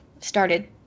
started